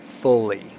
fully